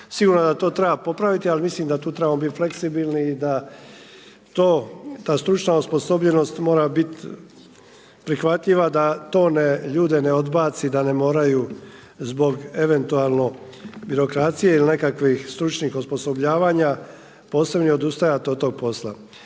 sigurno da to treba popraviti, ali mislim da tu trebamo biti fleksibilni i da to, ta stručna osposobljenost mora biti prihvatljiva da to ljude ne odbaci, da ne moraju zbog eventualno birokracije ili nekakvih stručnih osposobljavanja postanu odustajat od tog posla.